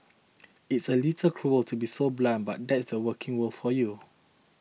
it's a little cruel to be so blunt but that's a working world for you